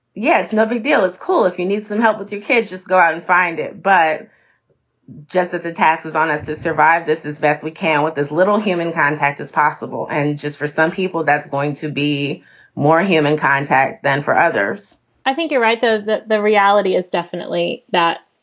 yes. no big deal, it's cool if you need some help with your kids, just go out and find it. but just that the task is on us to survive this as best we can with this little human contact as possible. and just for some people, that's going to be more human contact than for others i think you're right, though. the the reality is definitely that,